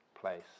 place